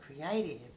creative